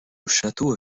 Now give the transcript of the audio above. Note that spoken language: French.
château